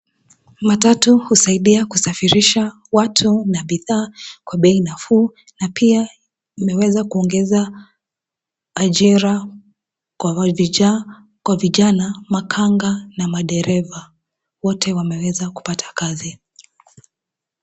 Matatu husaidia kusafirisha watu na bidhaa kwa bei nafuu na pia imeweza kuongeza ajira kwa vijana, makanga na madereva. Wote wameweza kupata kazi.